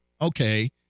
Okay